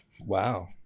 Wow